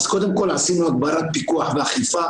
אז קודם כל עשינו הגברה בפיקוח ואכיפה,